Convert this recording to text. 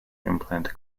implant